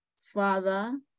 Father